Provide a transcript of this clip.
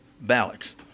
ballots